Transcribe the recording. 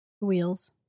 Wheels